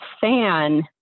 fan